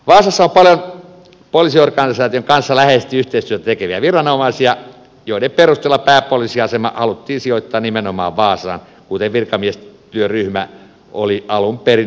vaasassa on paljon poliisiorganisaation kanssa läheisesti yhteistyötä tekeviä viranomaisia minkä perusteella pääpoliisiasema haluttiin sijoittaa nimenomaan vaasaan kuten virkamiestyöryhmä oli alun perin myös esittänyt